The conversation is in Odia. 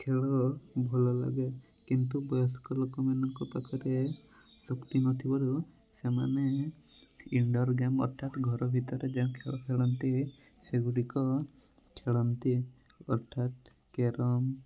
ଖେଳ ଭଲଲାଗେ କିନ୍ତୁ ବୟସ୍କ ଲୋକମାନଙ୍କ ପାଖରେ ଶକ୍ତି ନଥିବାରୁ ସେମାନେ ଇନ୍ଡୋର୍ ଗେମ୍ ଅର୍ଥାତ ଘର ଭିତରେ ଯାହା ଖେଳ ଖେଳନ୍ତି ସେଗୁଡ଼ିକ ଖେଳନ୍ତି ଅର୍ଥାତ୍ କ୍ୟାରମ୍